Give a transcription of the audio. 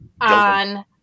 on